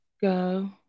go